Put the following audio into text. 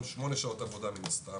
שזה שמונה שעות עבודה מן הסתם,